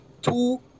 Two